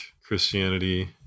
Christianity